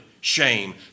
shame